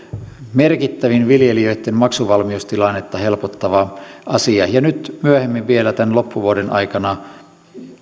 merkittävin viljelijöitten maksuvalmiustilannetta helpottava asia ja nyt myöhemmin vielä tämän loppuvuoden aikana